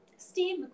Steve